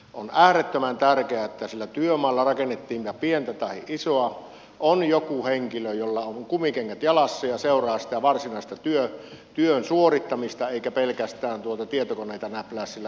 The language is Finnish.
on äärettömän tärkeää että siellä työmailla rakennettiinpa pientä tai isoa on joku henkilö jolla on kumikengät jalassa ja joka seuraa sitä varsinaista työn suorittamista eikä pelkästään tietokoneita näplää siellä työmaakopissa